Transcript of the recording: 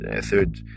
third